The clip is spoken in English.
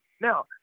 Now